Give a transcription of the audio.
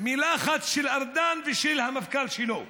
מילה אחת של ארדן ושל המפכ"ל שלו: